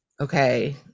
okay